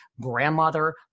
grandmother